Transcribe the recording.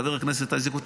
חבר הכנסת איזנקוט,